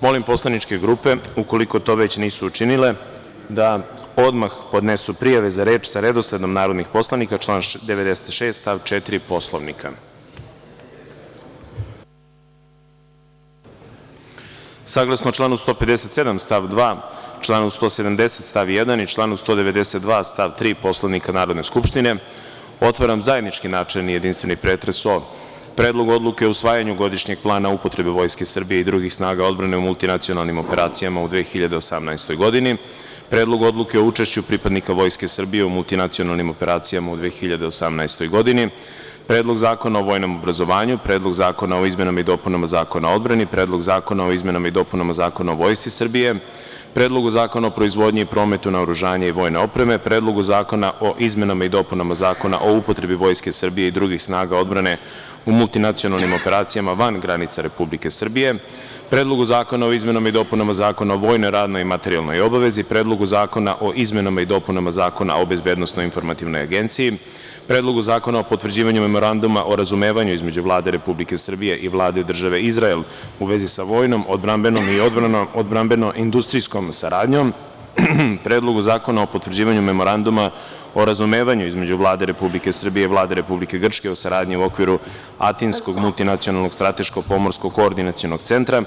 Molim poslaničke grupe, ukoliko to već nisu učinile, da odmah podnesu prijave za reč sa redosledom narodnih poslanika ( član 96. stav 4. Poslovnika.) Saglasno članu 157. stav 2, članu 170. stav 1. i članu 192. stav 3. Poslovnika Narodne skupštine, otvaram zajednički načelni i jedinstveni pretres o Predlogu odluke o usvajanju Godišnjeg plana upotrebe Vojske Srbije i drugih snaga odbrane u multinacionalnim operacijama u 2018. godini; Predlogu odluke o učešću pripadnika Vojske Srbije u multinacionalnim operacijama u 2018. godini; Predlogu zakona o vojnom obrazovanju; Predlogu zakona o izmenama i dopunama Zakona o odbrani; Predlogu zakona o izmenama i dopunama Zakona o Vojsci Srbije; Predlogu zakona o proizvodnji i prometu naoružanja i vojne opreme; Predlogu zakona o izmenama i dopunama Zakona o upotrebi Vojske Srbije i drugih snaga odbrane u multinacionalnim operacijama van granica Republike Srbije; Predlogu zakona o izmenama i dopunama Zakona o vojnoj, radnoj i materijalnoj obavezi; Predlogu zakona o izmenama i dopunama Zakona o bezbednosno-informativnoj agenciji; Predlogu zakona o potvrđivanju Memoranduma o razumevanju između Vlade Republike Srbije i Vlade Države Izrael u vezi sa vojnom, odbrambenom i odbrambenom-industrijskom saradnjom; Predlogu zakona o potvrđivanju Memoranduma o razumevanju između Vlade Republike Srbije i Vlade Republike Grčke o saradnji u okviru Atinskog multinacionalnog strateško-pomorskog koordinacionog centra;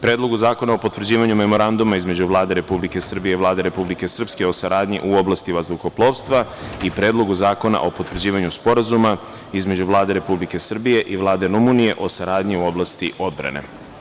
Predlogu zakona o potvrđivanju Memoranduma između Vlade Republike Srbije i Vlade Republike Srpske o saradnji u oblasti vazduhoplovstva i Predlogu zakona o potvrđivanju Sporazuma između Vlade Republike Srbije i Vlade Rumunije o saradnji u oblasti odbrane.